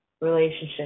relationship